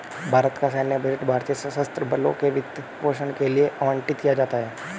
भारत का सैन्य बजट भारतीय सशस्त्र बलों के वित्त पोषण के लिए आवंटित किया जाता है